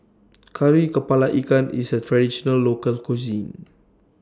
Kari Kepala Ikan IS A Traditional Local Cuisine